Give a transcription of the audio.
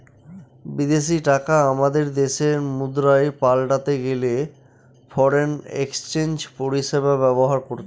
বিদেশী টাকা আমাদের দেশের মুদ্রায় পাল্টাতে গেলে ফরেন এক্সচেঞ্জ পরিষেবা ব্যবহার করতে হয়